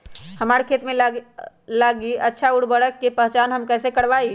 हमार खेत लागी अच्छा उर्वरक के पहचान हम कैसे करवाई?